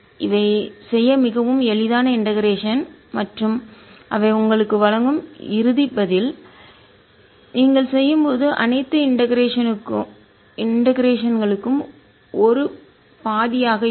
இவை செய்ய மிகவும் எளிதான இண்டெகரேஷன் ஒருங்கிணைப்பு மற்றும் அவை உங்களுக்கு வழங்கும் இறுதி பதில் நீங்கள் செய்யும் போது அனைத்து இண்டெகரேஷன் ஒருங்கிணைப்பு களும் 1 பாதியாக ½ இருக்கும்